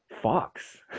Fox